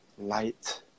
light